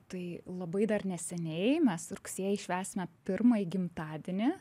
tai labai dar neseniai mes rugsėjį švęsime pirmąjį gimtadienį